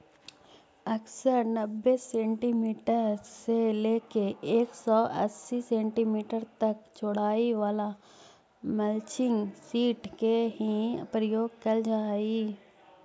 अक्सर नब्बे सेंटीमीटर से लेके एक सौ अस्सी सेंटीमीटर तक चौड़ाई वाला मल्चिंग सीट के ही प्रयोग कैल जा हई